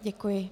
Děkuji.